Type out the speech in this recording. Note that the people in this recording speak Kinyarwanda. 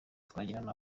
twagirana